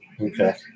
Okay